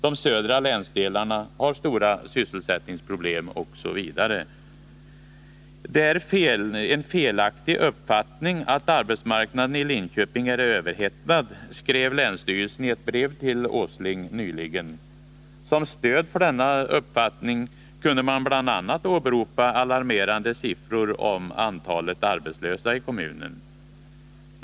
De södra länsdelarna har stora sysselsätt Fredagen den ningsproblem, osv. 27 februari 1981 ”Det är en felaktig uppfattning att arbetsmarknaden i Linköping är överhettad”, skrev länsstyrelsen i ett brev till Nils Åsling nyligen. Som stöd Om statens medför denna uppfattning kunde man bl.a. åberopa alarmerande siffror om = verkan till flyttantalet arbetslösa i kommunen.